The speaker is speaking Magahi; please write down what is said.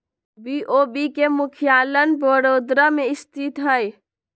बी.ओ.बी के मुख्यालय बड़ोदरा में स्थित हइ